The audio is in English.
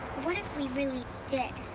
what if we really did.